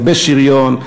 הרבה שריון,